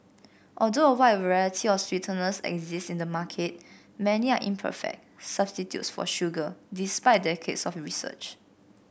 although a wide variety of sweeteners exist in the market many are imperfect substitutes for sugar despite decades of research